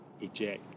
eject